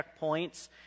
checkpoints